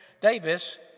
Davis